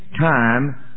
time